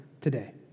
today